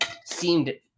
seemed